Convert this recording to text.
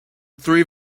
three